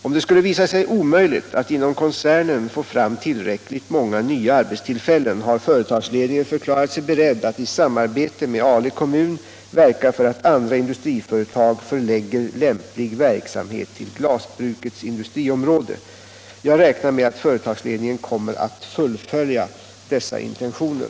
Om det skulle visa sig omöjligt att inom koncernen få fram tillräckligt många nya arbetstillfällen har företagsledningen förklarat sig beredd att i samarbete med Ale kommun verka för att andra industriföretag förlägger lämplig verksamhet till glasbrukets industriområde. Jag räknar med att företagsledningen kommer att fullfölja dessa intentioner.